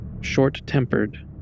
short-tempered